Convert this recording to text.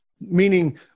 meaning